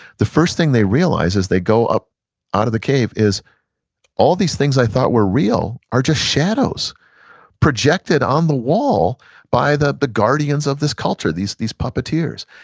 the first things they realize as they go up out of the cave is all these things i thought were real are just shadows projected on the wall by the the guardians of this culture, these these puppeteers.